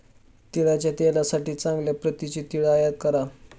तिळाच्या तेलासाठी चांगल्या प्रतीचे तीळ आयात करा